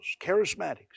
Charismatics